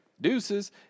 deuces